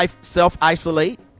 self-isolate